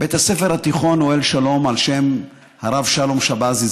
בית הספר התיכון אוהל שלום על שם הרב שלום שבזי,